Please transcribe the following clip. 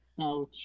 Ouch